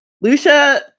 Lucia